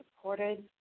supported